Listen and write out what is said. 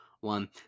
one